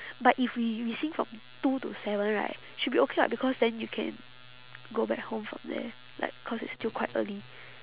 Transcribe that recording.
but if we we sing from two to seven right should be okay [what] because then you can go back home from there like cause it's still quite early